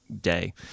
day